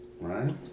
Right